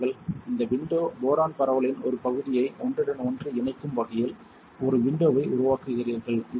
இந்த விண்டோ போரான் பரவலின் ஒரு பகுதியை ஒன்றுடன் ஒன்று இணைக்கும் வகையில் ஒரு விண்டோவை உருவாக்குகிறீர்கள் இது எதற்காக